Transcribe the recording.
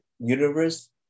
universe